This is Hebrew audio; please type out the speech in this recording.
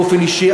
באופן אישי,